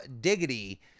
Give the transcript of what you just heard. Diggity